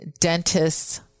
dentists